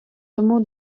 тому